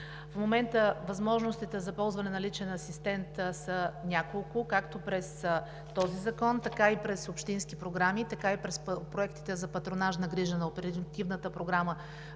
В момента възможностите за ползване на личен асистент са няколко – както през този закон, така и през общински програми, така и през проектите за патронажна грижа на Оперативна програма